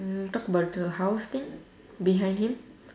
mm talk about the house thing behind him